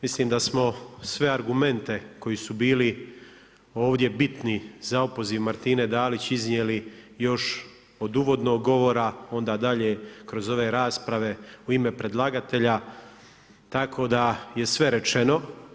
Mislim da smo sve argumente koji su bili ovdje bitni za opoziv Martine Dalić iznijeli još od uvodnog govora, onda dalje kroz ove rasprave u ime predlagatelja, tako da je sve rečeno.